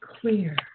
clear